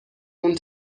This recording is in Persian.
اون